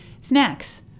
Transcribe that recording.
snacks